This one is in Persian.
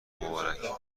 مبارک